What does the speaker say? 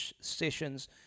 sessions